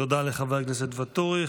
תודה לחבר הכנסת ואטורי.